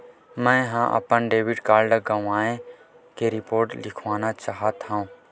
मेंहा अपन debit card गवाए के रिपोर्ट लिखना चाहत हव